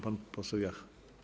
Pan poseł Jach.